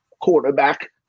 Quarterback